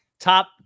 top